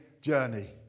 journey